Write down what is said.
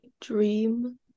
dream